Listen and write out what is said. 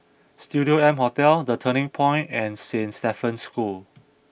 Studio M Hotel The Turning Point and Saint Stephen's School